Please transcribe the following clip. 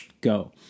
go